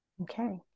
Okay